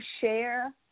share